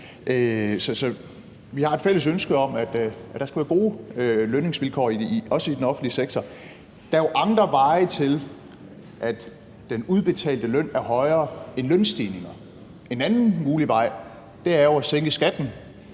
vi har et fælles ønske om, at der skal være gode lønvilkår også i den offentlige sektor. Der er jo andre veje til at gøre den udbetalte løn højere end via lønstigninger. En anden mulig vej er jo at sænke skatten.